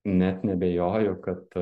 net neabejoju kad